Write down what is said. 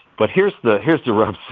but here's the here's the rub,